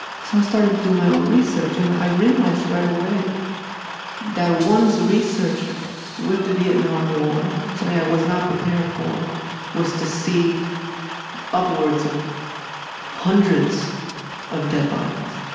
so i started to do my own research, and i realized right away that one's research with the vietnam war something i was not prepared for was to see upwards of hundreds of dead bodies.